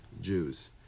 Jews